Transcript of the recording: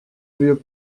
vieux